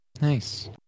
Nice